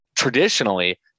traditionally